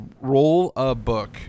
Roll-a-Book